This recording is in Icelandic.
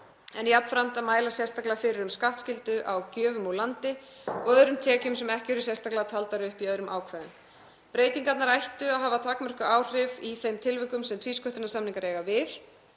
en jafnframt að mæla sérstaklega fyrir um skattskyldu á gjöfum úr landi og öðrum tekjum sem ekki eru sérstaklega taldar upp í öðrum ákvæðum. Breytingarnar ættu að hafa takmörkuð áhrif í þeim tilvikum sem tvísköttunarsamningar eiga við.